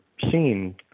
seen